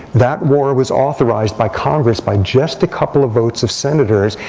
that war was authorized by congress by just a couple of votes of senators.